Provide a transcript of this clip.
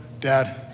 Dad